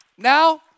Now